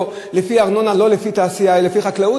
לשלם ארנונה לא לפי תעשייה אלא לפי חקלאות,